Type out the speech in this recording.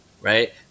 right